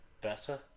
better